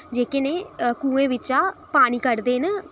जेह्के न खूह् बिच्चा पानी कड्डदे न